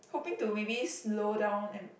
hoping to maybe slow down and